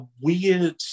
weird